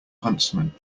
huntsman